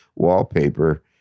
wallpaper